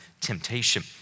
temptation